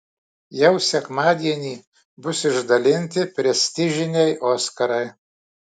jau sekmadienį bus išdalinti prestižiniai oskarai